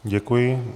Děkuji.